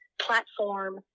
platform